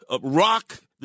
rock